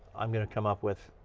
i'm going to come up with,